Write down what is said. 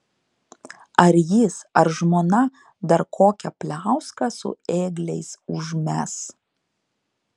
ar jis ar žmona dar kokią pliauską su ėgliais užmes